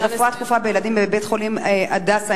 לרפואה דחופה בילדים בבית-חולים "הדסה